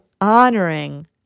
honoring